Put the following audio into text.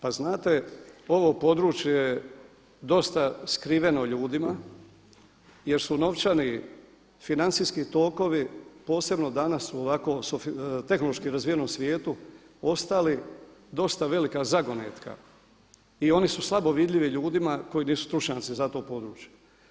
Pa znate ovo područje dosta skriveno ljudima, jer su novčani, financijski tokovi posebno danas u ovako tehnološki razvijenom svijetu ostali dosta velika zagonetka i oni su slabo vidljivi ljudima koji nisu stručnjaci za to područje.